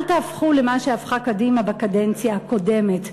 אל תהפכו למה שהפכה קדימה בקדנציה הקודמת,